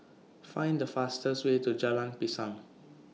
Find The fastest Way to Jalan Pisang